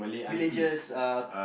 villages uh